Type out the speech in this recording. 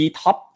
top